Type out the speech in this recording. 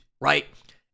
right